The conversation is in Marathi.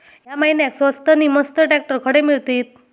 या महिन्याक स्वस्त नी मस्त ट्रॅक्टर खडे मिळतीत?